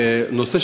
זה קשור לעניין,